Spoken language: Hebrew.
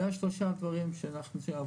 זה שלושת הדברים שאנחנו חשבנו.